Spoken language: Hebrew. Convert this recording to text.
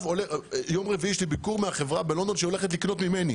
ביום רביעי יש לי ביקור מהחברה בלונדון שהולכת לקנות ממני.